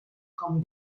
com